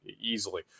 easily